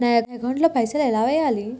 నా అకౌంట్ ల పైసల్ ఎలా వేయాలి?